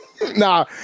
nah